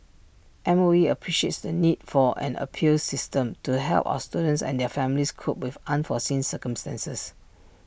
M O E appreciates the need for an appeals system to help our students and their families cope with unforeseen circumstances